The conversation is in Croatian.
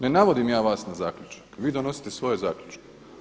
Ne navodim ja vas na zaključak, vi donosite svoje zaključke.